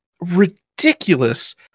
ridiculous